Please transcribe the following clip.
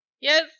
Yes